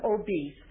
obese